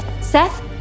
Seth